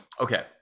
okay